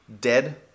dead